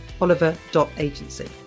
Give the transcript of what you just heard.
Oliver.agency